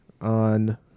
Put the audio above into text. on